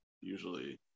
usually